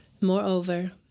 Moreover